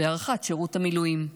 בהארכת שירות המילואים.